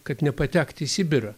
kad nepatekt į sibirą